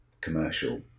commercial